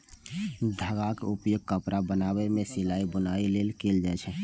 धागाक उपयोग कपड़ा बनाबै मे सिलाइ, बुनाइ लेल कैल जाए छै